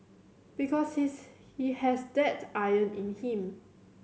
because he's he has that iron in him